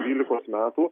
dvylikos metų